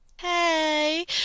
hey